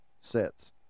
sets